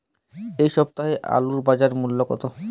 এ সপ্তাহের আলুর বাজার মূল্য কত?